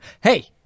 Hey